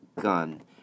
gun